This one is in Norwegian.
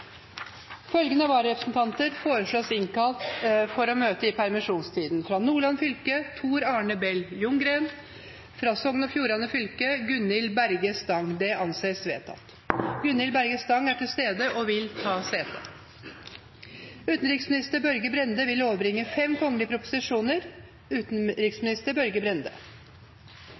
Følgende vararepresentanter innkalles for å møte i permisjonstiden: For Nordland fylke: Tor Arne Bell Ljunggren For Sogn og Fjordane fylke: Gunhild Berge Stang Gunhild Berge Stang er til stede og vil ta sete. Representanten Heikki Eidsvoll Holmås vil